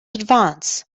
advance